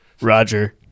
Roger